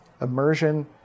Immersion